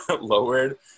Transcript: lowered